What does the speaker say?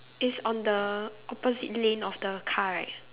is on the opposite lane of the car right